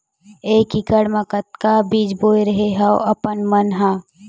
एक एकड़ म कतका अकन बीज बोए रेहे हँव आप मन ह?